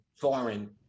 foreign